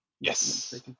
Yes